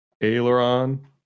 aileron